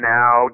now